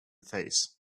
face